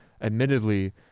admittedly